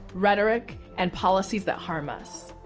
rhetoric, and policy that harm us.